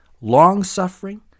long-suffering